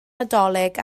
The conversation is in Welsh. nadolig